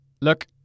look